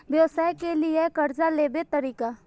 व्यवसाय के लियै कर्जा लेबे तरीका?